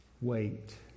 wait